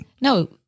No